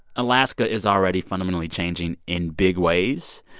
alaska is already fundamentally changing in big ways.